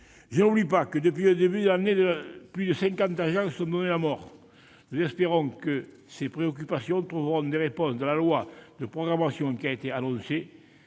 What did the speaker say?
Je n'oublie pas que, depuis le début de l'année, plus de cinquante agents se sont donné la mort. Nous espérons que ces préoccupations trouveront des réponses dans la loi de programmation qui a été annoncée,